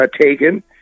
taken